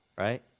right